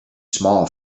small